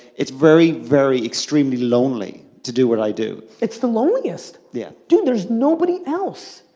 it's very, very extremely lonely to do what i do. it's the loneliest! yeah. dude, there's nobody else.